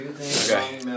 Okay